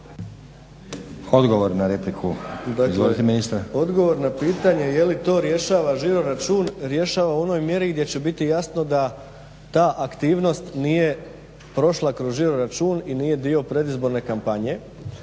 Odgovor na repliku. Izvolite ministre. **Bauk, Arsen (SDP)** Dakle odgovor na pitanje je li to rješava žiro račun, rješava u onoj mjeri gdje će biti jasno da ta aktivnost nije prošla kroz žiro račun i nije dio predizborne kampanje.